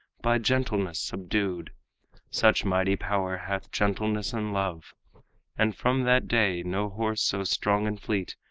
by gentleness subdued such mighty power hath gentleness and love and from that day no horse so strong and fleet,